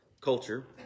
culture